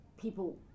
people